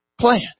plan